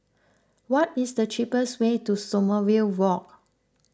what is the cheapest way to Sommerville Walk